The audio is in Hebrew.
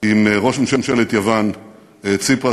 עם ראש ממשלת יוון ציפראס,